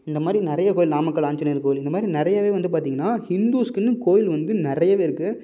இந்த மாதிரி நிறையா கோயில் நாமக்கல் ஆஞ்சநேயர் கோயில் இது மாதிரி நிறையாவே வந்து பார்த்தீங்கன்னா ஹிந்துஸ்க்குன்னு கோயில் வந்து நிறையாவே இருக்கு